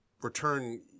return